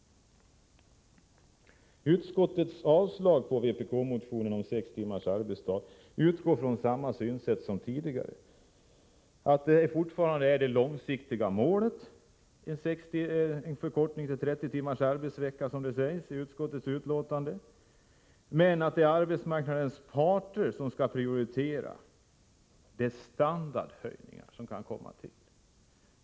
Utskottets avstyrkande av vpk-motionen om sex timmars arbetsdag utgår från samma synsätt som tidigare, att det långsiktiga målet fortfarande är en förkortning till 30 timmars arbetsvecka, som det sägs i utskottsbetänkandet, men att det är arbetsmarknadens parter som skall prioritera de standardhöjningar som kan tillkomma.